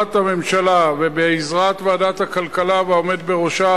בעזרת הממשלה ובעזרת ועדת הכלכלה והעומד בראשה,